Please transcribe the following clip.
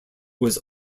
was